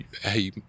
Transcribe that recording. hey